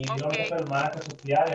אני לא מטפל במענק הסוציאלי,